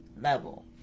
level